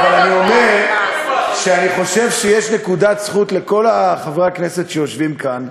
אבל אני אומר שאני חושב שיש נקודת זכות לכל חברי הכנסת שיושבים כאן,